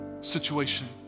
situation